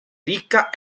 ricca